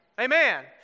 amen